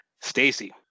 stacy